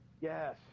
Yes